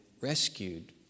rescued